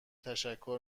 تشکر